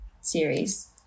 series